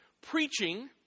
preaching